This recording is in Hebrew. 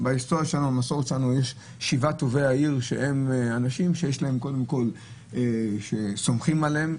במסורת שלנו יש את שבעת טובי העיר שהם אנשים שסומכים עליהם,